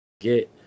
get